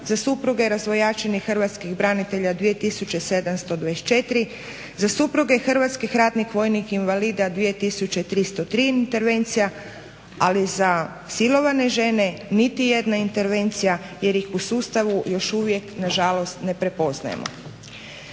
za supruge razvojačenih hrvatskih branitelja 2724, za supruge hrvatskih ratnih vojnih invalida 2303 intervencija, ali za silovane žene niti jedna intervencija, jer ih u sustavu još uvijek nažalost ne prepoznajemo.